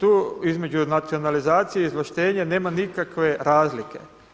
Tu između nacionalizacije i izvlaštenja nema nikakve razlike.